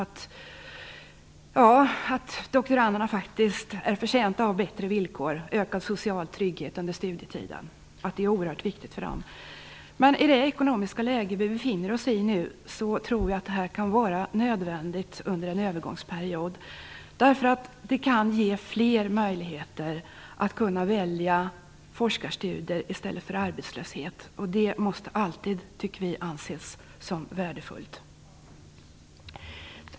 Vi vet att doktoranderna faktiskt är förtjänta av bättre villkor - ökad social trygghet under studietiden är oerhört viktigt för dem. Men i vårt nuvarande ekonomiska läge tror jag ändå att utbildningsbidraget kan vara nödvändigt under en övergångsperiod. Det kan ge fler möjlighet att välja forskarstudier i stället för arbetslöshet, och det tycker vi alltid måste anses som värdefullt.